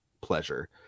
pleasure